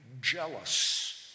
jealous